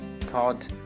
called